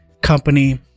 company